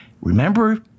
Remember